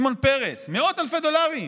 שמעון פרס, מאות אלפי דולרים,